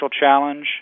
challenge